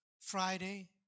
Friday